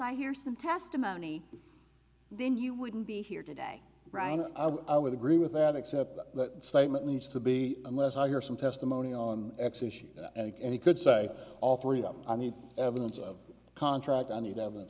i hear some testimony then you wouldn't be here today ryan and i would agree with that except that that statement needs to be unless i hear some testimony on x issues and any could say all three of them i need evidence of contract i need evidence